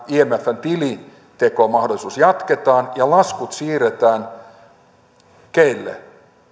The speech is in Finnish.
imfn tilintekomahdollisuutta jatketaan ja keille laskut siirretään